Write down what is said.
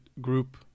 group